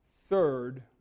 Third